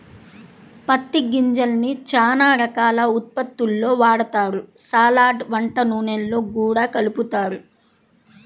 పత్తి గింజల్ని చానా రకాల ఉత్పత్తుల్లో వాడతారు, సలాడ్, వంట నూనెల్లో గూడా కలుపుతారు